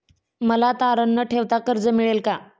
मला तारण न ठेवता कर्ज मिळेल का?